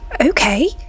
Okay